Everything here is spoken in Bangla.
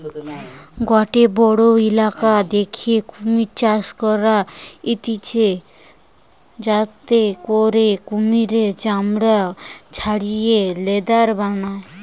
গটে বড়ো ইলাকা দ্যাখে কুমির চাষ করা হতিছে যাতে করে কুমিরের চামড়া ছাড়িয়ে লেদার বানায়